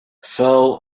fell